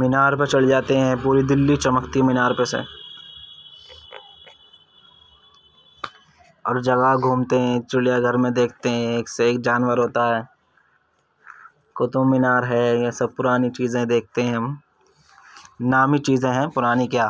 مینار پہ چڑھ جاتے ہیں پوری دلّی چمکتی ہے مینار پہ سے اور جگہ گھومتے ہیں چڑیا گھر میں دیکھتے ہیں ایک سے ایک جانور ہوتا ہے قطب مینار ہے یہ سب پرانی چیزیں دیکھتے ہیں ہم نامی چیزیں ہیں پرانی کیا